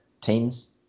teams